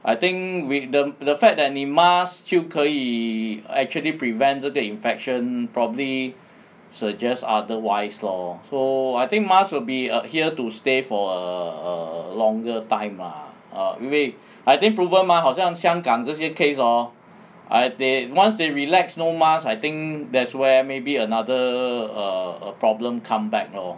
I think with the the fact that 你 mask 就可以 actually prevent 这个 infection probably suggest otherwise lor so I think mask will be err here to stay for err longer time ah err 因为 I think proven mah 好像香港这些 case hor ah they once they relax no mask I think that's where maybe another err problem come back lor